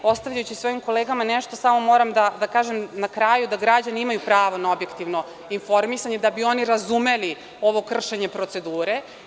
Ostavljajući svojim kolegama, nešto samo moram da kažem na kraju da građani imaju pravo na objektivno informisanje da bi oni razumeli ovo kršenje procedure.